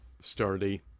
sturdy